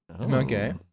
Okay